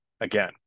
again